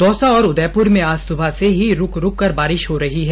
दौसा और उदयपुर में आज सुबह से ही रूक रूक कर बारिश हो रही है